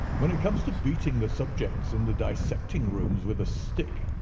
when it comes to beating the subjects in the dissecting-rooms with a stick,